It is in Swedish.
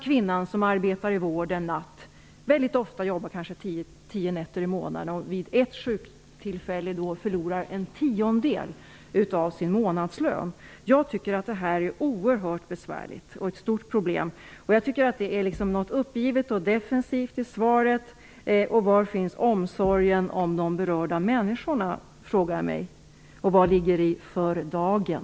Kvinnan som arbetar natt inom vården arbetar väldigt ofta tio nätter i månaden. Vid ett sjuktillfälle förlorar hon en tiondel av sin månadslön. Jag tycker att det här är oerhört besvärligt och ett stort problem. Jag tycker att svaret är uppgivet och defensivt. Var finns omsorgen om de berörda människorna, och vad är det som ligger i dagen?